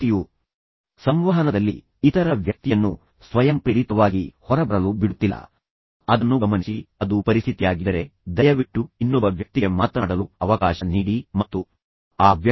ವ್ಯಕ್ತಿಯು ಸಂವಹನದಲ್ಲಿ ಇತರ ವ್ಯಕ್ತಿಯನ್ನು ಸ್ವಯಂಪ್ರೇರಿತವಾಗಿ ಹೊರಬರಲು ಬಿಡುತ್ತಿಲ್ಲ ಅದನ್ನು ಗಮನಿಸಿ ಅದು ಪರಿಸ್ಥಿತಿಯಾಗಿದ್ದರೆ ನೀವು ಹೀಗೆ ಹೇಳಬಹುದುಃ ದಯವಿಟ್ಟು ಇನ್ನೊಬ್ಬ ವ್ಯಕ್ತಿಗೆ ಮಾತನಾಡಲು ಅವಕಾಶ ನೀಡಿ ಮತ್ತು ನಿಮ್ಮ ಸರದಿ ಬರುತ್ತದೆ ಮತ್ತು ನಾನು ನಿಮಗೆ ಸಂಪೂರ್ಣವಾಗಿ ಮಾತನಾಡಲು ಅವಕಾಶ ನೀಡುತ್ತೇನೆ ನಾನು ದಯವಿಟ್ಟು ನಿಮ್ಮ ಮಾತನ್ನು ಕೇಳುತ್ತೇನೆ